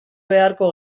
beharko